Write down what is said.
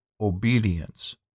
obedience